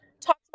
talk